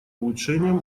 улучшением